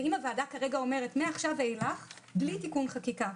ואם הוועדה אומרת שמעכשיו ואילך בלי תיקון חקיקה,